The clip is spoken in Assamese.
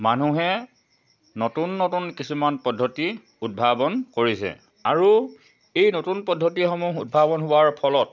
মানুহে নতুন নতুন কিছুমান পদ্ধতি উদ্ভাৱন কৰিছে আৰু এই নতুন পদ্ধতিসমূহ উদ্ভাৱন হোৱাৰ ফলত